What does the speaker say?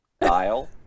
dial